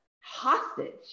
hostage